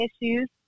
issues